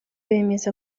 bemeza